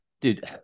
Dude